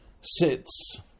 sits